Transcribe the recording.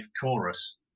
chorus